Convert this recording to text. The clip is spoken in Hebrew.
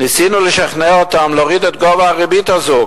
ניסינו לשכנע אותם להוריד את גובה הריבית הזאת,